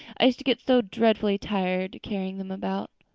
i used to get so dreadfully tired carrying them about.